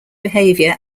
behavior